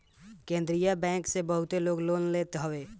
केंद्रीय बैंक से बहुते लोग लोन लेत हवे